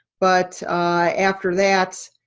but after that,